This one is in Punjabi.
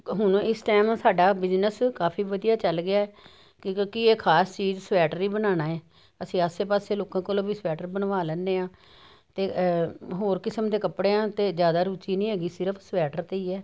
ਹੁਣ ਇਸ ਟਾਈਮ ਸਾਡਾ ਬਿਜ਼ਨਸ ਕਾਫ਼ੀ ਵਧੀਆ ਚੱਲ ਗਿਆ ਐ ਕਿਉਂ ਕਿਉਂਕੀ ਇਹ ਖਾਸ ਚੀਜ ਸਵੈਟਰ ਈ ਬਣਾਣਾ ਐ ਅਸੀਂ ਆਸੇ ਪਾਸੇ ਲੋਕਾਂ ਕੋਲੋਂ ਵੀ ਸਵੈਟਰ ਬਣਵਾ ਲੈਨੇ ਆਂ ਤੇ ਹੋਰ ਕਿਸਮ ਦੇ ਕੱਪੜਿਆਂ ਤੇ ਜਿਆਦਾ ਰੁਚੀ ਨੀ ਹੈਗੀ ਸਿਰਫ਼ ਸਵੈਟਰ ਤੇ ਈ ਆਂ